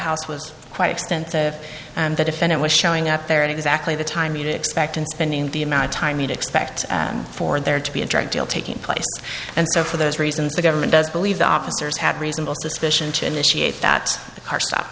house was quite extensive and the defendant was showing up there at exactly the time you'd expect him spending the amount of time you'd expect for there to be a drug deal taking place and so for those reasons the government does believe the officers had reasonable suspicion to initiate that car stop